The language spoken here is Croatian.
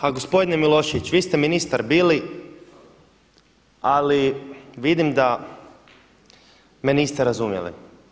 Pa gospodine Milošević, vi ste ministar bili ali vidim da me niste razumjeli.